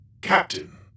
Captain